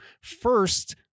First